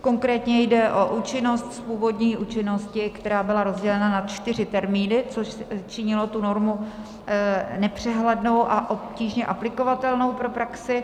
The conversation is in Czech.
Konkrétně jde o účinnost z původní účinnosti, která byla rozdělena na čtyři termíny, což činilo normu nepřehlednou a obtížně aplikovatelnou pro praxi.